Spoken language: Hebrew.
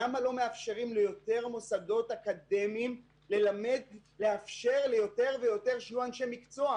למה לא מאפשרים ליותר מוסדות אקדמיים שיהיו יותר אנשי מקצוע?